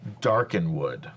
Darkenwood